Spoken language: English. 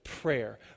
prayer